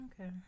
Okay